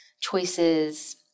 choices